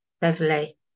Beverly